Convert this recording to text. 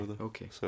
okay